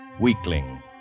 weakling